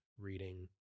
reading